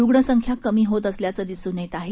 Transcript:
रुग्णसंख्या कमी होत असल्याचे दिसून येत आहे